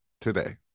today